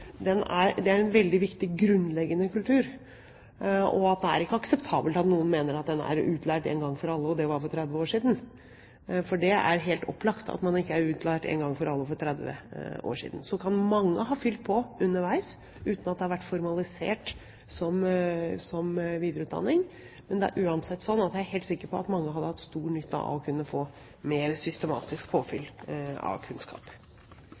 er en veldig viktig, grunnleggende kultur. Det er ikke akseptabelt at noen mener at en er utlært én gang for alle – for 30 år siden. Det er helt opplagt at man ikke er utlært én gang for alle, for 30 år siden. Så kan mange ha fylt på underveis – uten at det har vært formalisert som videreutdanning. Men det er uansett sånn at jeg er helt sikker på at mange hadde hatt stor nytte av å få mer systematisk påfyll av kunnskap.